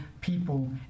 people